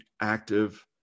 active